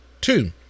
Two